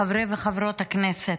חברי וחברות הכנסת,